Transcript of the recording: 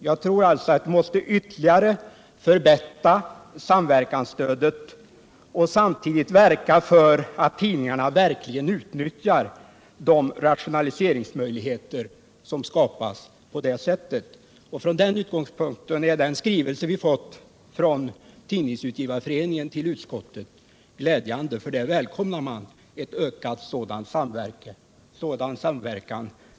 Jag tror alltså att vi ytterligare måste förbättra samverkansstödet och samtidigt verka för att tidningarna utnyttjar de rationaliseringsmöjligheter som härigenom skapas. Från den utgångspunkten är den skrivelse utskottet fått från Tidningsutgivareföreningen glädjande, för i denna skrivelse välkomnar man en ökad sådan samverkan.